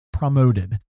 promoted